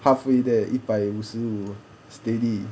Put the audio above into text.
halfway there 一百五十五 steady